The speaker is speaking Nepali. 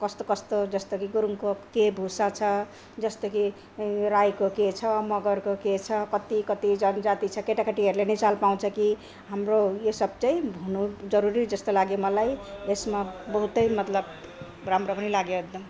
कस्तो कस्तो जस्तो कि गुरुङको के भूषा छ जस्तो कि राईको के छ मगरको के छ कति कति जनजाति छ केटा केटीहरूले नि चाल पाउँछ कि हाम्रो यो सब चाहिँ हुनु जरुरी जस्तो लाग्यो मलाई यसमा बहुतै मतलब राम्रो पनि लाग्यो एकदम